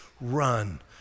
run